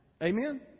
Amen